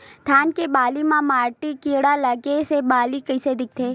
धान के बालि म माईट कीड़ा लगे से बालि कइसे दिखथे?